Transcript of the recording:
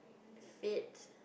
fit